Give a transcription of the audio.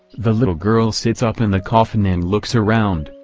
the little girl sits up in the coffin and looks around,